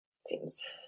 seems